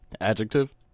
Adjective